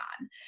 on